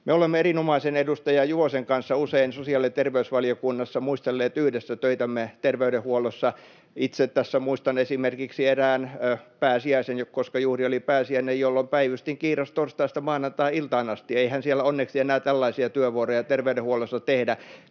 olemme erinomaisen edustaja Juvosen kanssa usein sosiaali- ja terveysvaliokunnassa muistelleet yhdessä töitämme terveydenhuollossa. Itse tässä muistan esimerkiksi erään pääsiäisen — koska juuri oli pääsiäinen — jolloin päivystin kiirastorstaista maanantai-iltaan asti. [Ben Zyskowicz: Juvosen kanssa! — Naurua] Eihän siellä onneksi enää tällaisia työvuoroja terveydenhuollossa tehdä.